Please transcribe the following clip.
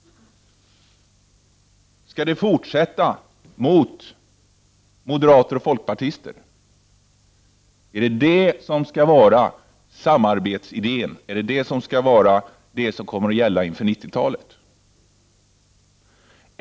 Skall ni fortsätta att gå i riktning mot moderater och folkpartister? Är det det som skall vara samarbetsidén, som skall vara det som skall gälla inför 90-talet?